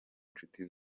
nshuti